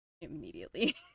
immediately